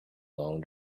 long